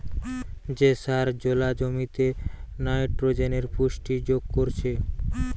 যে সার জোলা জমিতে নাইট্রোজেনের পুষ্টি যোগ করছে